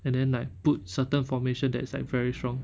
and then like put certain formation that is like very strong